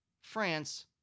France